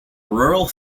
rural